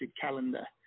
calendar